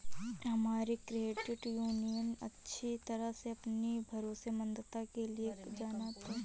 हमारा credit union अच्छी तरह से अपनी भरोसेमंदता के लिए जाना जाता है